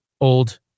old